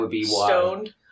stoned